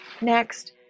Next